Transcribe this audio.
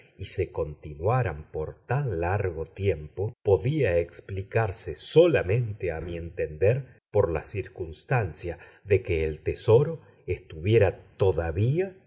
y se continuaran por tan largo tiempo podía explicarse solamente a mi entender por la circunstancia de que el tesoro estuviera todavía